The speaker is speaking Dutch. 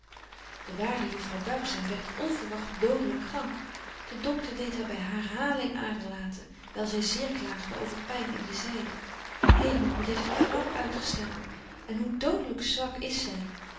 de waarde juffrouw buigzaam werdt onverwagt dodelyk krank de doctor deedt haar by herhaling aderlaten wyl zy zeer klaagde over pyn in de zyde hemel wat heeft die vrouw uitgestaan en hoe dodelyk zwak is zy